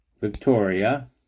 Victoria